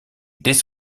dès